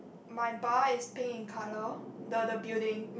my bar is pink in colour the the building